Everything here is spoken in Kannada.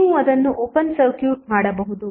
ನೀವು ಅದನ್ನು ಓಪನ್ ಸರ್ಕ್ಯೂಟ್ ಮಾಡಬಹುದು